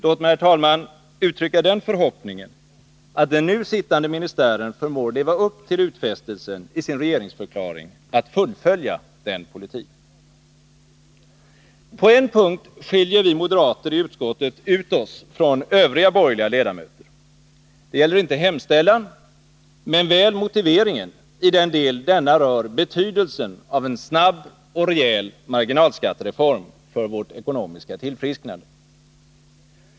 Låt mig, herr talman, uttrycka den förhoppningen att den nu sittande ministären förmår leva upp till utfästelsen i sin regeringsförklaring att fullfölja den politiken. På en punkt skiljer vi moderater i utskottet ut oss från övriga borgerliga ledamöter. Det gäller inte hemställan men väl motiveringen i den del denna rör betydelsen av en snabb och rejäl marginalskattereform för vårt ekonomiska tillfrisknande.